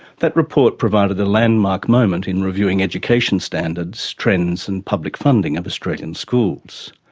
that report provided a landmark moment in reviewing education standards, trends and public funding of australian schools.